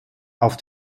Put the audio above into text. auf